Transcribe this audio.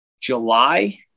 July